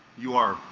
you are